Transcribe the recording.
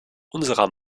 unserer